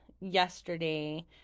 yesterday